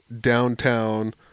downtown